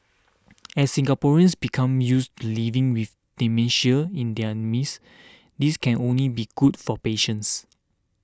as Singaporeans become used to living with dementia in their midst this can only be good for patients